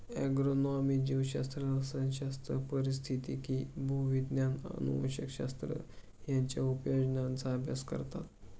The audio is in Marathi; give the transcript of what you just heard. ॲग्रोनॉमी जीवशास्त्र, रसायनशास्त्र, पारिस्थितिकी, भूविज्ञान, अनुवंशशास्त्र यांच्या उपयोजनांचा अभ्यास करतात